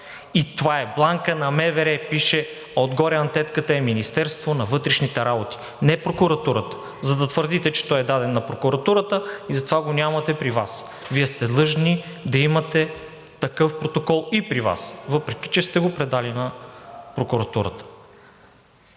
Това е бланка на МВР и пише отгоре, антетката е „Министерство на вътрешните работи“, не прокуратурата, за да твърдите, че той е даден на прокуратурата и затова го нямате при Вас. Вие сте длъжни да имате такъв протокол и при Вас, въпреки че сте го предали на прокуратурата.